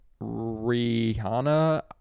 Rihanna